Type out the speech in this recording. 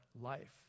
life